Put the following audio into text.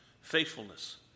faithfulness